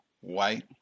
White